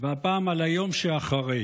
והפעם על היום שאחרי.